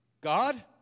God